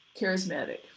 charismatic